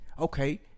okay